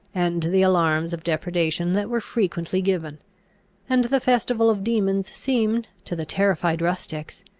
and the alarms of depredation that were frequently given and the festival of demons seemed, to the terrified rustics,